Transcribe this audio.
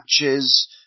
matches